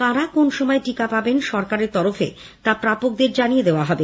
কারা কোন সময় টিকা পাবেন সরকারের তরফে তা প্রাপকদের জানিয়ে দেওয়া হবে